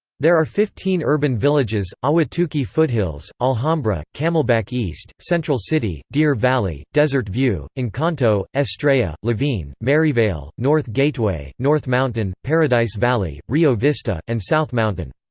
there are fifteen urban villages ahwatukee foothills, alhambra, camelback east, central city, deer valley, desert view, encanto, estrella, laveen, maryvale, north gateway, north mountain, paradise valley, rio vista, and south mountain.